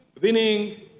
winning